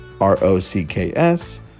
r-o-c-k-s